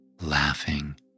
laughing